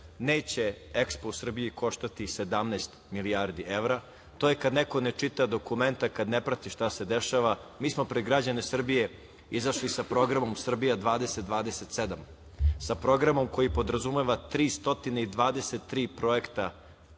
neće EKSPO u Srbiji koštati 17 milijardi evra. To je kad neko ne čita dokumenta, kad ne prati šta se dešava. Mi smo pred građane Srbije izašli sa programom "Srbija 2027", sa programom koji podrazumeva 323 projekta